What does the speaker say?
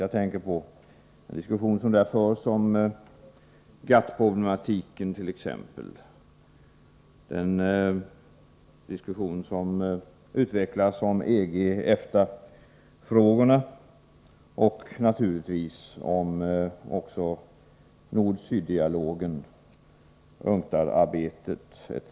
Jag tänker på den diskussion som där förs om GATT-problematiken och de resonemang som utvecklas om EG och EFTA-frågorna samt naturligtvis om nord-syddialogen, UNCTAD-arbetet etc.